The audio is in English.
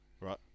Right